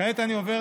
כעת אני עובר